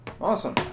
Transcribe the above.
Awesome